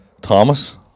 Thomas